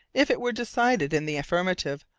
if it were decided in the affirmative,